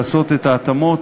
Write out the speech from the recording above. לעשות את ההתאמות,